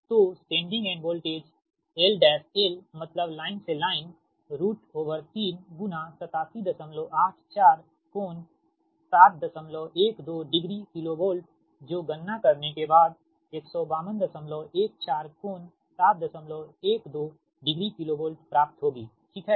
तो sending end voltage L L मतलब line से लाइन 38784∟712डिग्री किलोवोल्ट जो गणना करने के बाद 15214 कोण 712 डिग्री किलोवोल्ट प्राप्त होगी ठीक है